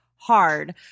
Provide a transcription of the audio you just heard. Hard